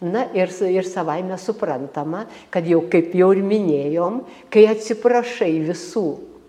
na ir s ir savaime suprantama kad jau kaip jau ir minėjom kai atsiprašai visų